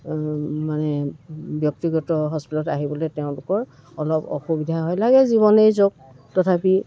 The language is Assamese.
মানে ব্যক্তিগত হস্পিটেলত আহিবলৈ তেওঁলোকৰ অলপ অসুবিধা হয় লাগে জীৱনেই যাওক তথাপি